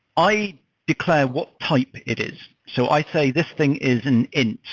i declare what type it is. so i say, this thing is an int,